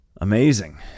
Amazing